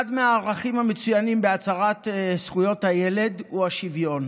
אחד מהערכים המצוינים בהצהרת זכויות הילד הוא השוויון,